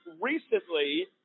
recently